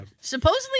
Supposedly